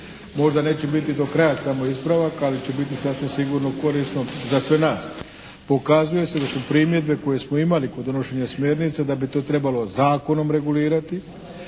Možda neće biti do kraja samo ispravak ali će biti sasvim sigurno korisno za sve nas. Pokazuje se da su primjedbe koje smo imali kod donošenja smjernica da bi to trebalo zakonom regulirati